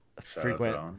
Frequent